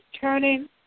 turning